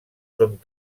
són